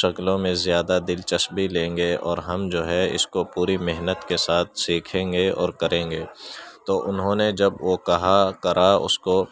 شکلوں میں زیادہ دلچسپی لیں گے اور ہم جو ہے اس کو پوری محنت کے ساتھ سیکھیں گے اور کریں گے تو انہوں نے جب وہ کہا کرا اس کو